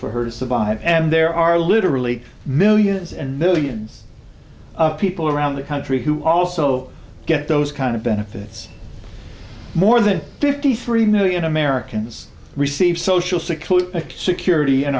for her to survive and there are literally millions and millions of people around the country who also get those kind of benefits more than fifty three million americans receive social security